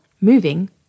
moving